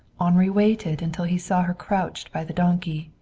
henri waited until he saw her crouched by the donkey,